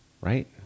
right